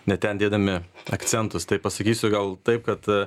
ne ten dėdami akcentus tai pasakysiu gal taip kad